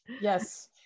yes